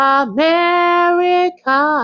america